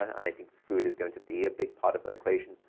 and i think food is going to be a big part of that equation.